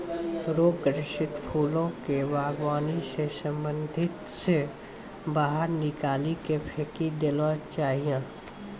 रोग ग्रसित फूलो के वागवानी से साबधानी से बाहर निकाली के फेकी देना चाहियो